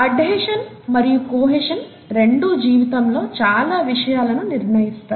adhesion మరియు cohesion రెండూ జీవితంలో చాలా విషయాలని నిర్ణయిస్తాయి